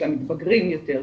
של המתבגרים יותר,